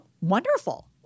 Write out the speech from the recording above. Wonderful